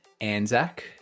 Anzac